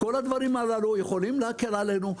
כל הדברים הללו יכולים להקל עלינו,